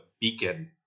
beacon